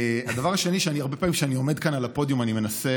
הדבר השני: הרבה פעמים כשאני עומד כאן על הפודיום אני מנסה,